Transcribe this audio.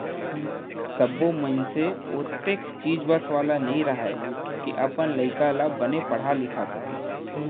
सब्बो मनसे ओतेख चीज बस वाला नइ रहय के अपन लइका ल बने पड़हा लिखा सकय